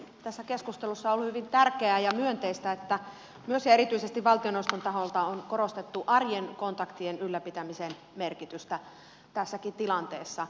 tässä keskustelussa on ollut hyvin tärkeää ja myönteistä että myös ja erityisesti valtioneuvoston taholta on korostettu arjen kontaktien ylläpitämisen merkitystä tässäkin tilanteessa